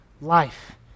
life